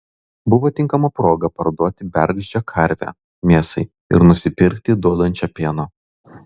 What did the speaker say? buvo tinkama proga parduoti bergždžią karvę mėsai ir nusipirkti duodančią pieno